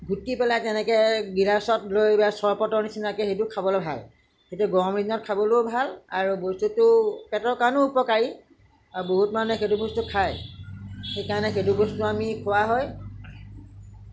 ঘুটি পেলাই তেনেকৈ গিলাছত লৈ চৰবতৰ নিচিনাকৈ সেইটো খাবলৈ ভাল সেইটো গৰম দিনত খাবলও ভাল আৰু বস্তুটো পেটৰ কাৰণেও উপকাৰী আৰু বহুত মানুহে সেইটো বস্তু খায় সেইকাৰণে সেইটো বস্তু আমি খোৱা হয়